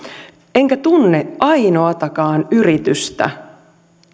enkä tunne ainoatakaan yritystä